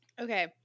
Okay